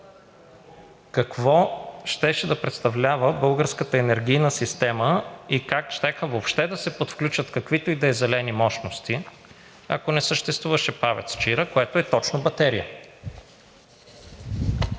Какво щеше да представлява българската енергийна система и как щяха въобще да се включат каквито и да е зелени мощности, ако не съществуваше ПАВЕЦ „Чаира“, което е точно батерия?